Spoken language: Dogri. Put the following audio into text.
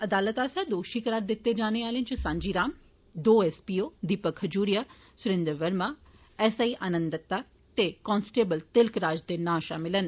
अदालतै आस्सेया दोषी करार दित्ते जाने आह्ले च सांझी राम दो SPO Deepak Khajuria Surendra Verma S I Anand Dutta ते कांस्टेबल तिलक राज दे नां शामल न